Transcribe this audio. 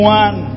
one